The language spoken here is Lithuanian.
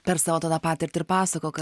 per savo tada patirtį ir pasakok